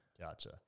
Gotcha